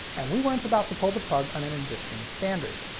and we weren't about to pull the plug on an existing standard.